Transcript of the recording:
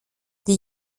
die